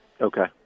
Okay